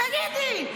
תגידי,